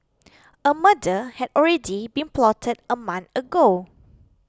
a murder had already been plotted a month ago